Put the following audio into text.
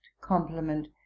compliment